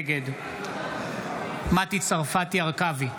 נגד מטי צרפתי הרכבי,